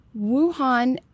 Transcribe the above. Wuhan